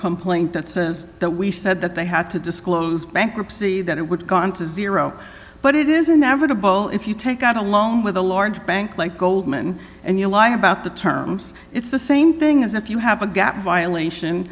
complaint that says that we said that they had to disclose bankruptcy that it would go on to zero but it is inevitable if you take out a loan with a large bank like goldman and you lie about the terms it's the same thing as if you have a gap violation